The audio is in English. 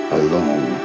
alone